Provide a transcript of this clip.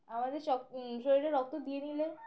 আমাদের শরীরে রক্ত দিয়ে দিলে